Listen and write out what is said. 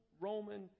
Roman